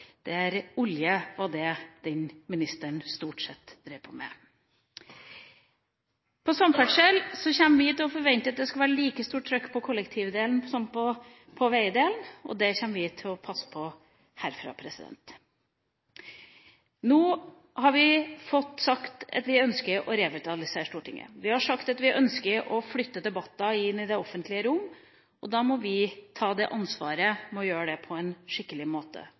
av, der olje var det den ministeren stort sett drev med. På samferdselsområdet kommer vi til å forvente at det skal være like stort trykk på kollektivdelen som på veidelen, og det kommer vi til å passe på herfra. Nå har vi fått sagt at vi ønsker å revitalisere Stortinget. Vi har sagt at vi ønsker å flytte debatter inn i det offentlige rom, og da må vi ta det ansvaret ved å gjøre det på en skikkelig måte